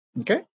okay